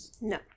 No